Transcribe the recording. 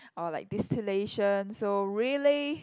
or like distillation so really